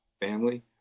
family